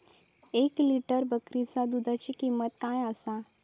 एक लिटर बकरीच्या दुधाची किंमत काय आसा?